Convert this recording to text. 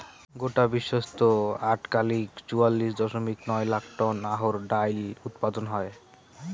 গোটায় বিশ্বত আটকালিক চুয়াল্লিশ দশমিক নয় লাখ টন অহর ডাইল উৎপাদন হয়